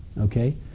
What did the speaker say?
Okay